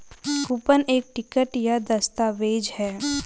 coupon एक ticket या दस्तावेज़ है